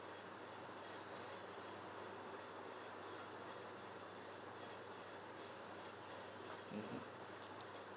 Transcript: mmhmm